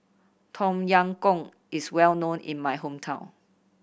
Tom Yam Goong is well known in my hometown